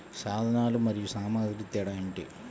సాధనాలు మరియు సామాగ్రికి తేడా ఏమిటి?